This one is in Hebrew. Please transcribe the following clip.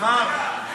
חבר'ה,